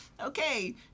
Okay